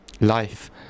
life